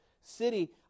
city